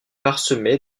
parsemé